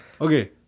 Okay